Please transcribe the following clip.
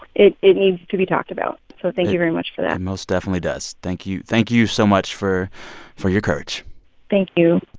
it it needs to be talked about. so thank you very much for that it most definitely does. thank you thank you so much for for your courage thank you